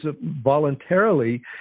voluntarily